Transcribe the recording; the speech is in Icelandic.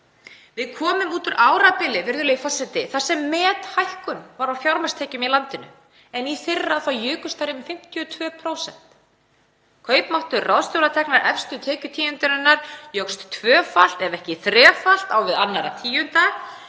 Við komum út úr árabili þar sem methækkun var á fjármagnstekjum í landinu, en í fyrra jukust þær um 52%. Kaupmáttur ráðstöfunartekna efstu tekjutíundarinnar jókst tvöfalt ef ekki þrefalt á við annarra tíunda.